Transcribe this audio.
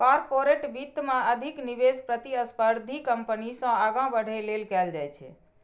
corporate वित्त मे अधिक निवेश प्रतिस्पर्धी कंपनी सं आगां बढ़ै लेल कैल जाइ छै